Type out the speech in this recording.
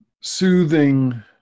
soothing